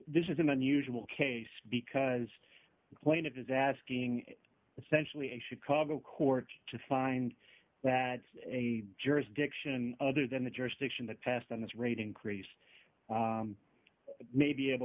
this is an unusual case because the plaintiff is asking essentially a chicago court to find that a jurisdiction other than the jurisdiction that passed on this rate increase may be able